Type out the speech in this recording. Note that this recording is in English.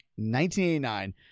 1989